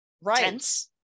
right